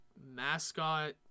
mascot